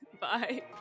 Bye